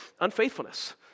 unfaithfulness